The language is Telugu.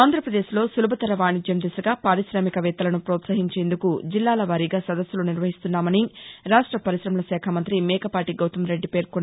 ఆంధ్రప్రదేశ్లో సులభతర వాణిజ్యం దిశగా పార్కామికవేత్తలను ప్రోత్సహించేందుకు జిల్లాల వారీగా సదస్సులు నిర్వహిస్తున్నామని రాష్ట పరిశ్రమల శాఖ మంత్రి మేకపాటి గౌతంరెడ్డి పేర్కొన్నారు